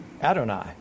Adonai